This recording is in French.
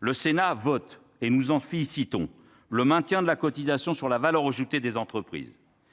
le Sénat vote et nous en fit, citons le maintien de la cotisation sur la valeur des entreprises